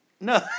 No